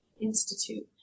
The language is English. institute